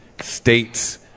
states